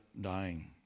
dying